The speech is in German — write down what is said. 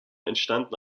entstanden